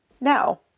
Now